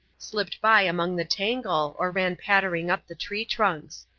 slipped by among the tangle or ran pattering up the tree-trunks.